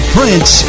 Prince